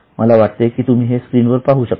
मला वाटते की तुम्ही हे स्क्रीन वर पाहू शकता